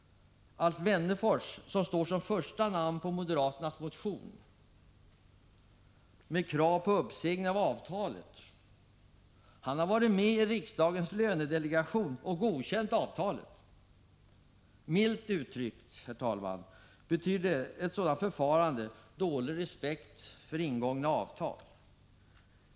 Alf Wennerfors, som står som första namn på moderaternas motion med krav på uppsägning av avtalet, har varit med i riksdagens lönedelegation och godkänt detta avtal! Milt uttryckt, herr talman, innebär ett sådant förfarande dålig respekt för ingångna avtal.